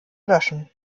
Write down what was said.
löschen